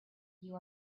you